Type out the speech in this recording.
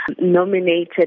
nominated